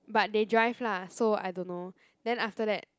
but they drive lah so I don't know then after that